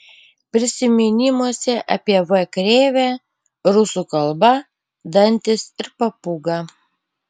prisiminimuose apie v krėvę rusų kalba dantys ir papūga